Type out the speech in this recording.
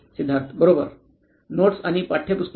सिद्धार्थ बरोबर नोट्स आणि पाठ्यपुस्तके